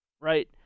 right